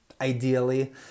Ideally